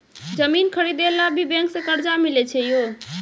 जमीन खरीदे ला भी बैंक से कर्जा मिले छै यो?